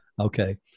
okay